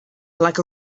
like